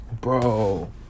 Bro